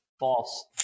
False